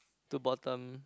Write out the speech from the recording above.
two bottom